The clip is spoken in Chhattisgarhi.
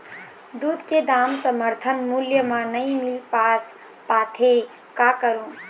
दूध के दाम समर्थन मूल्य म नई मील पास पाथे, का करों?